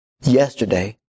yesterday